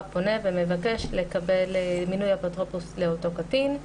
פונה ומבקש לקבל מינוי אפוטרופוס לאותו קטין.